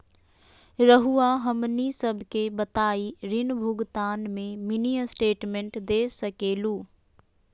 रहुआ हमनी सबके बताइं ऋण भुगतान में मिनी स्टेटमेंट दे सकेलू?